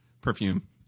Perfume